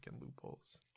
loopholes